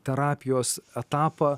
terapijos etapą